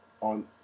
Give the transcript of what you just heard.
on